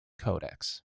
codex